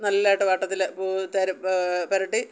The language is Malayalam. നല്ലതായിട്ട് വട്ടത്തിൽ പൂത്തെരം പുരട്ടി